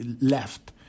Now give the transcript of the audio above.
left